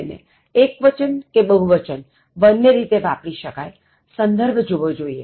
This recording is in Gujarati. ને એક્વચન કે બહુવચન બન્ને રીતે વાપરી શકાય સંદર્ભ જોવો જોઇએ